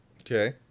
Okay